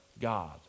God